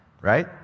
Right